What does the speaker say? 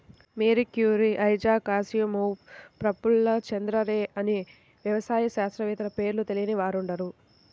Mary Curie, Isaac Asimov, Prafulla Chandra Ray అనే వ్యవసాయ శాస్త్రవేత్తల పేర్లు తెలియని వారుండరు